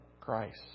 Christ